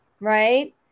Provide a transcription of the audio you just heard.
right